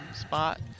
spot